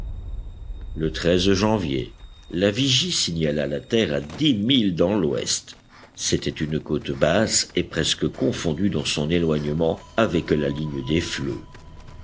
e janvier la vigie signala la terre à dix milles dans l'ouest c'était une côte basse et presque confondue dans son éloignement avec la ligne des flots